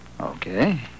Okay